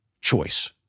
choice